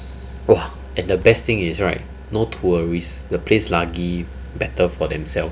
!wah! and the best thing is right no tourists the place lagi better for themselves